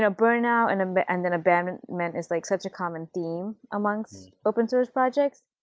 ah burnout and and and and abandonment is like such a common theme amongst open-source projects.